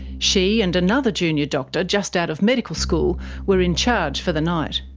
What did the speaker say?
she and another junior doctor just out of medical school were in charge for the night.